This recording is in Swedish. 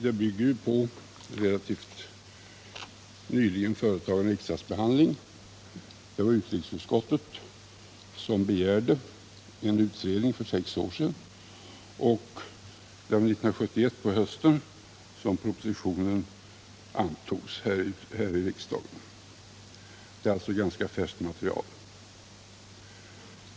Det bygger ju på en relativt nyligen företagen riksdagsbehandling. Det var utrikesutskottet som för sex år sedan begärde en utredning, och på hösten 1971 behandlades propositionen här i kammaren. Det är alltså ganska färskt material.